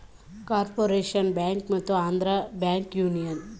corporation Bank ಮತ್ತು Andhra Bank, Union Bank commercial ಬ್ಯಾಂಕ್ಗಳಾಗಿವೆ